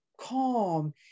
calm